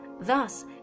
Thus